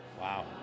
Wow